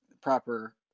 proper